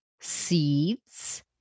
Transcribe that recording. seeds